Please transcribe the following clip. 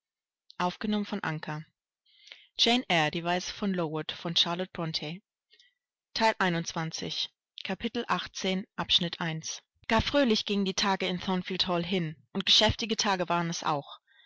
gar fröhlich gingen die tage in thornfield hall hin und geschäftige tage waren es auch